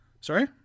Sorry